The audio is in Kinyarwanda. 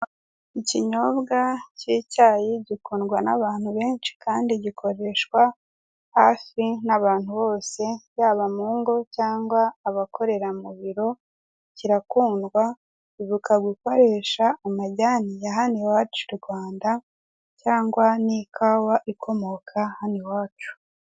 Ikinyobwa cy'icyayi gikundwa n'abantu benshi, kandi gukoreshwa hafi n'abantu bose, yaba mu ngo cyangwa abakorera mu biro, kirakundwa, ubu ukaba ukoresha amajyani ya hano iwacu i Rwanda, cyangwa n'ikawa ikomoka hano iwacu.